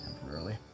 Temporarily